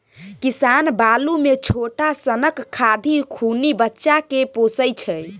किसान बालु मे छोट सनक खाधि खुनि बच्चा केँ पोसय छै